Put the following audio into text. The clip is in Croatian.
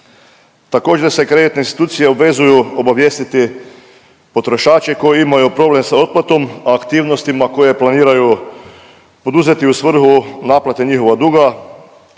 Također se kreditne institucije obvezuju obavijestiti potrošače koji imaju problem sa otplatom o aktivnostima koje planiraju poduzeti u svrhu naplate njihova duga.